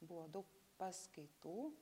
buvo dau paskaitų